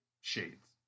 shades